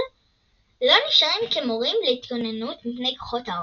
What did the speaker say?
לא נשארים כמורים להתגוננות מפני כוחות האופל,